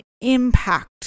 impact